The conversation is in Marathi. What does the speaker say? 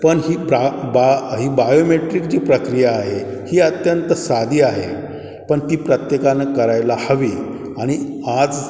पण ही प्रा बा ही बायोमेट्रिक जी प्रक्रिया आहे ही अत्यंत साधी आहे पण ती प्रत्येकानं करायला हवी आणि आज